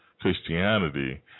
Christianity